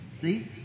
See